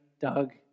Doug